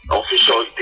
official